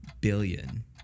billion